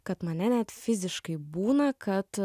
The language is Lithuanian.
kad mane net fiziškai būna kad